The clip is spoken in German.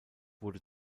wurde